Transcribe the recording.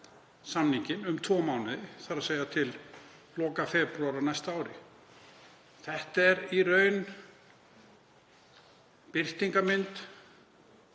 samninginn um tvo mánuði, þ.e. til loka febrúar á næsta ári. Þetta er í raun birtingarmynd